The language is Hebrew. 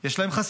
יש להם חסמים,